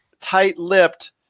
tight-lipped